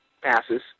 passes